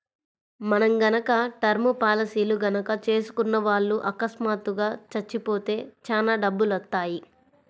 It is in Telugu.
మనం గనక టర్మ్ పాలసీలు గనక చేసుకున్న వాళ్ళు అకస్మాత్తుగా చచ్చిపోతే చానా డబ్బులొత్తయ్యి